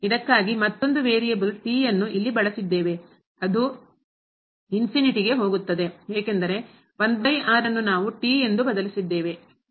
ಇದಕ್ಕಾಗಿ ಮತ್ತೊಂದು ವೇರಿಯಬಲ್ ಇಲ್ಲಿಬಳಸಿದ್ದೇವೆ ಅದು ಹೋಗುತ್ತದೆ ಏಕೆಂದರೆ ನಾವು ಎಂದು ಬದಲಿಸುತ್ತಿದ್ದೇವೆ